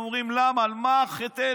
הם אומרים: למה, על מה חטאנו?